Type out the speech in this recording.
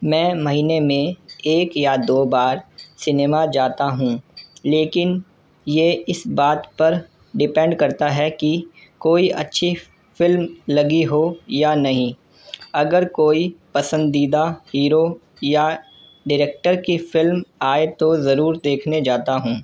میں مہینے میں ایک یا دو بار سنیما جاتا ہوں لیکن یہ اس بات پر ڈپینڈ کرتا ہے کہ کوئی اچھی فلم لگی ہو یا نہیں اگر کوئی پسندیدہ ہیرو یا ڈریکٹر کی فلم آئے تو ضرور دیکھنے جاتا ہوں